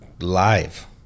live